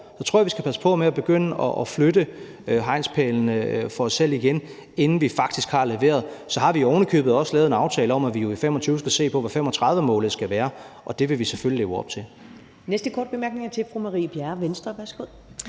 Jeg tror, vi skal passe på med at begynde at flytte hegnspælene for os selv igen, inden vi faktisk har leveret. Og så har vi ovenikøbet også lavet en aftale om, at vi i 2025 skal se på, hvad 2035-målet skal være – og det vil vi selvfølgelig leve op til.